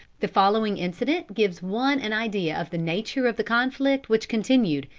the following incident gives one an idea of the nature of the conflict which continued,